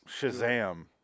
Shazam